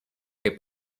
que